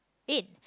in